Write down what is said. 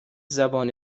زبان